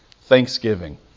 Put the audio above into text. thanksgiving